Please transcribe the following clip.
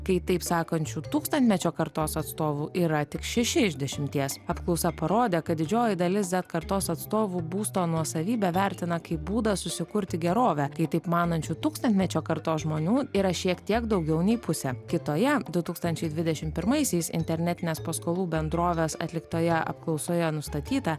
kai taip sakančių tūkstantmečio kartos atstovų yra tik šeši iš dešimties apklausa parodė kad didžioji dalis zet kartos atstovų būsto nuosavybę vertina kaip būdą susikurti gerovę kai taip manančių tūkstantmečio kartos žmonių yra šiek tiek daugiau nei pusę kitoje du tūkstančiai dvidešim pirmaisiais internetinės paskolų bendrovės atliktoje apklausoje nustatyta